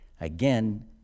again